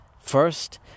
First